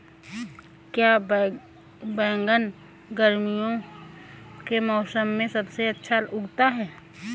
क्या बैगन गर्मियों के मौसम में सबसे अच्छा उगता है?